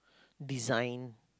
design